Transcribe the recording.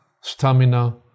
stamina